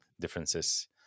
differences